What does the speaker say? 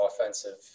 offensive